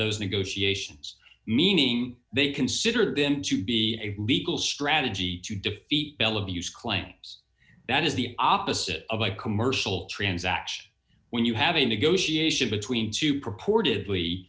those negotiations meaning they consider them to be a legal strategy to defeat bell abuse claims that is the opposite of a commercial transaction when you have a negotiation between two purportedly